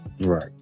right